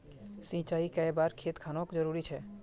सिंचाई कै बार खेत खानोक जरुरी छै?